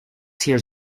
hears